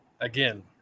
Again